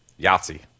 Yahtzee